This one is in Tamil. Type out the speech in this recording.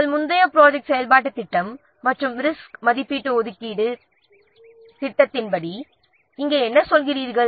உங்கள் முந்தைய ப்ராஜெக்ட் செயல்பாட்டுத் திட்டம் மற்றும் ரிஸ்க் மதிப்பீட்டு ஒதுக்கீடு திட்டத்தின் படி இங்கே என்ன சொல்கிறீர்கள்